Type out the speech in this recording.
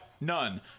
None